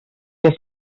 que